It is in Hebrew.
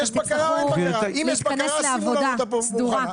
אבל תצטרכו להתכנס לעבודה סדורה,